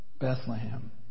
Bethlehem